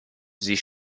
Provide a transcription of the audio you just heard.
sie